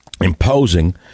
imposing